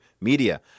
media